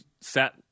sat